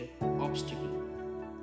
obstacle